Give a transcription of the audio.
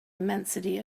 immensity